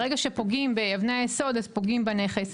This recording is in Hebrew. ברגע שפוגעים באבני היסוד פוגעים בנכס.